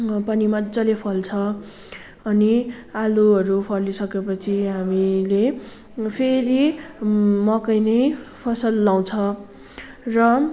पनि मजाले फल्छ अनि आलुहरू फलिसकेपछि हामीले फेरि मकै नै फसल लाउँछ र